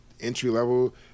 entry-level